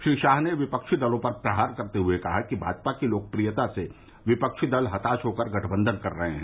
श्री शाह ने विपक्षी दलों पर प्रहार करते हुए कहा कि भाजपा की लोकप्रियता से विपक्षी दल हताश होकर गठबंधन कर रहे हैं